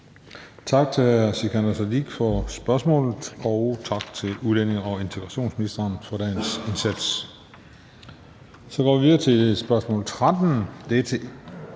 Tak til hr. Sikandar Siddique for spørgsmålet, og tak til udlændinge- og integrationsministeren for dagens indsats. Så går vi videre til spørgsmål nr.